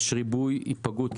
ויש ריבוי היפגעות.